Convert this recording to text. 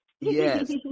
Yes